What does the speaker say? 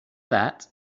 that